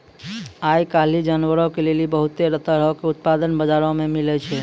आइ काल्हि जानवरो के लेली बहुते तरहो के उत्पाद बजारो मे मिलै छै